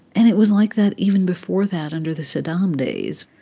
and it was like that even before that under the saddam days.